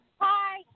Hi